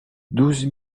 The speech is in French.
douze